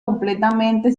completamente